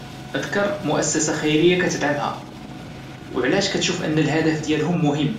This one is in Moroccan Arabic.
اذكر مؤسسة خيرية كتدعمها وعلاش كاتشوف ان الهدف ديالها مهم؟